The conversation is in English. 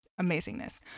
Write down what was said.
amazingness